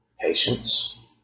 patience